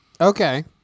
Okay